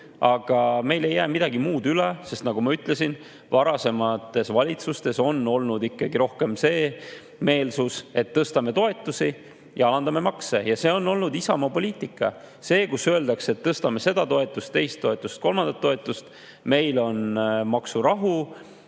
Aga meil ei jäänud midagi muud üle, sest nagu ma ütlesin, varasemates valitsustes on olnud ikkagi rohkem see meelsus, et tõstame toetusi ja alandame makse. See on olnud Isamaa poliitika, öeldakse, et tõstame seda toetust, teist toetust, kolmandat toetust, meil on maksurahu,